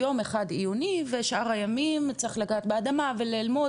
יום אחד עיוני ושאר הימים צריך לגעת באדמה וללמוד